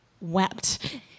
wept